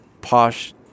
posh